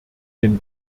den